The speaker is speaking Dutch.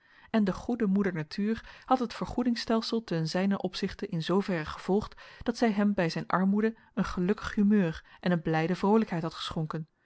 en de goede moeder natuur had het vergoedingsstelsel te zijnen opzichte in zooverre gevolgd dat zij hem bij zijn armoede een gelukkig humeur en een blijde vroolijkheid had geschonken